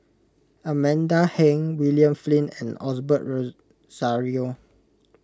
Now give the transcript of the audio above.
Amanda Heng William Flint and Osbert Rozario